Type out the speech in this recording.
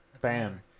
Bam